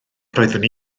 roeddwn